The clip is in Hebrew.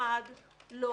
אחד לא